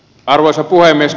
arvoisa puhemies